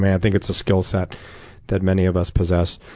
i think it's a skill set that many of us possess.